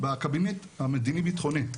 בקבינט המדיני ביטחוני,